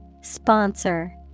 Sponsor